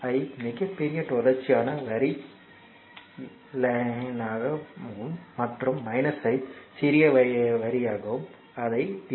ஐ மிக பெரிய தொடர்ச்சியான வரி ஆகவும் மற்றும் ஐ சிறிய வரி ஆகவும் அதை டி